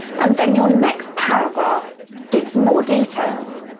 and then your next paragraph gives more details.